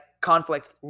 conflict